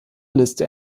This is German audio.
liste